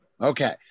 Okay